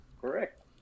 Correct